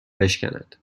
بشکند